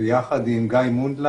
ויחד עם גיא מונדלק,